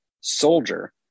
soldier